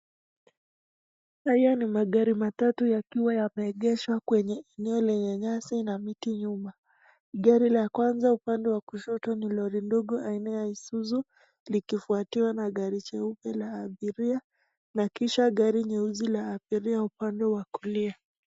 Haya ni magari matatu yakiwa yameegeshwa kwenye eneo lenye nyasi na miti nyuma. Gari la kwanza upande wa kushoto ni lori ndogo aina ya ISUZU likifwatiwa na gari jeupe la abiria na kisha gari nyeusi la abiria upande wa kulia.